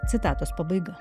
citatos pabaiga